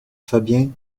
fabien